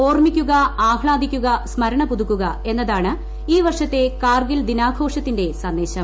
ഓർമ്മിക്കുക ആഹ്ലാദിക്കുക സ്മരണ പുതുക്കുക എന്നതാണ് ഈ പർഷത്തെ കാർഗിൽ ദിനാഘോഷത്തിന്റെ സന്ദേശം